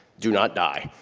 do not die.